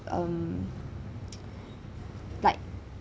um like